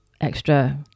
extra